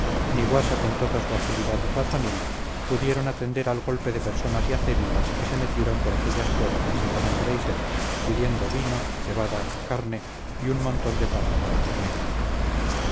ni guasa con toda su agilidad ratonil pudieron atender al golpe de personas y acémilas que se metieron por aquellas puertas con hambre y sed pidiendo vino cebada carne y un montón de paja para dormir